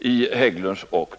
AB Hägglund & Söner.